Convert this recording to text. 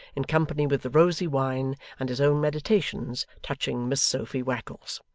in company with the rosy wine and his own meditations touching miss sophy wackles.